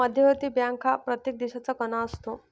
मध्यवर्ती बँक हा प्रत्येक देशाचा कणा असतो